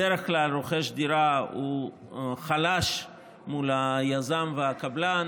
בדרך כלל רוכש דירה הוא חלש מול היזם והקבלן,